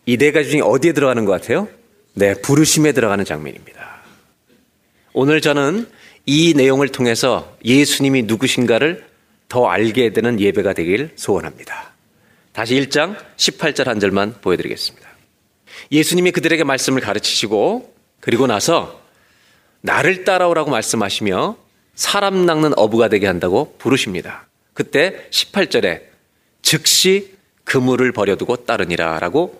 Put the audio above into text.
이 네 가지 중에 어디에 들어가는 것 같아요? 네, 부르심에 들어가는 장면입니다. 오늘 저는 이 내용을 통해서 예수님이 누구신가를 더 알게 되는 예배가 되길 소원합니다. 다시 일 장 18절 한 절만 보여드리겠습니다. 예수님이 그들에게 말씀을 가르치시고 그리고 나서 나를 따라오라고 말씀하시며 사람 낚는 어부가 되게 한다고 부르십니다. 그때 18절에 즉시 그물을 버려두고 따르니라라고